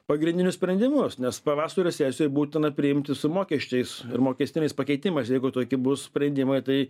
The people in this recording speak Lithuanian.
pagrindinius sprendimus nes pavasario sesijoj būtina priimti su mokesčiais ir mokestiniais pakeitimais jeigu tokie bus sprendimai tai